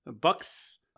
Bucks